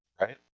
Right